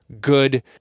good